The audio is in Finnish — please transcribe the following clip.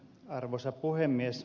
arvoisa puhemies